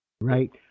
Right